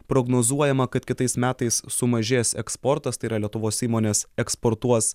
prognozuojama kad kitais metais sumažės eksportas tai yra lietuvos įmonės eksportuos